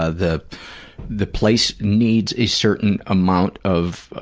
ah the the place needs a certain amount of,